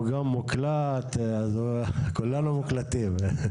הוא גם מוקלט, אז כולנו מוקלטים.